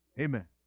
Amen